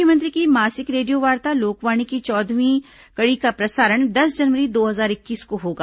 मुख्यमंत्री की मासिक रेडियो वार्ता लोकवाणी की चौदहवीं कड़ी का प्रसारण दस जनवरी दो हजार इक्कीस को होगा